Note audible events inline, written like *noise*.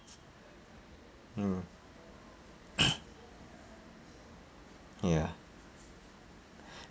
mm *noise* ya